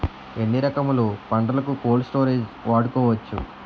ఎన్ని రకములు పంటలకు కోల్డ్ స్టోరేజ్ వాడుకోవచ్చు?